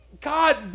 God